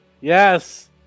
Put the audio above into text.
Yes